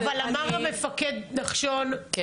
אבל אמר המפקד מנחשון שהוא מיידע.